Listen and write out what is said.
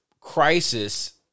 crisis